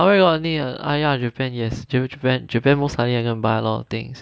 oh my god really ah !aiya! japan yes japan most likely I gonna buy a lot of things